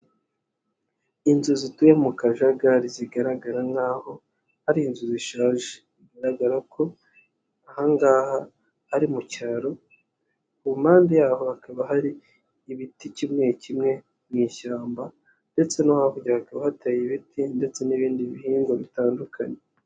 Inzu zituye mu kajagari zigaragara nk'aho ari inzu zishaje. Bigaragara ko aha ngaha ari mu cyaro, ku mpande yaho hakaba hari ibiti kimwe kimwe mu ishyamba ndetse no hakurya hakaba hateye ibiti ndetse n'ibindi bihingwa bitandukanye.